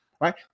right